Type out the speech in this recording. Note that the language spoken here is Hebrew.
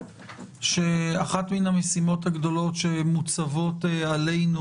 שאחת מן המשימות הגדולות שמוטלות עלינו